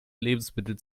lebensmittel